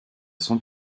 sans